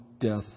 death